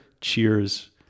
Cheers